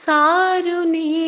Saruni